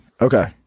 Okay